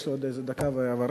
יש לי עוד איזה דקה ורבע,